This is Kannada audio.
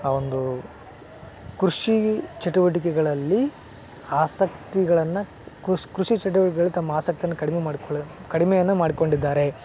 ಆ ಒಂದು ಕೃಷಿ ಚಟುವಟಿಕೆಗಳಲ್ಲಿ ಆಸಕ್ತಿಗಳನ್ನು ಕೃಷಿ ಕೃಷಿ ಚಟುವಟಿಕೆಗಳಲ್ಲಿ ತಮ್ಮ ಆಸಕ್ತಿಯನ್ನು ಕಡಿಮೆ ಮಾಡ್ಕೊಳ್ಳ ಕಡಿಮೆಯನ್ನು ಮಾಡಿಕೊಂಡಿದ್ದಾರೆ